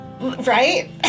Right